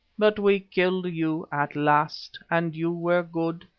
but we killed you at last, and you were good,